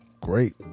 Great